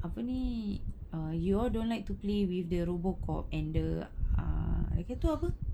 apa ni err you all don't like to play with the robocop and the err lagi tu apa